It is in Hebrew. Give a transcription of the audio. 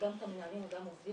גם את המנהלים וגם עובדים.